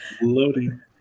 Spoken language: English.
loading